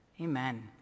Amen